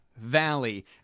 valley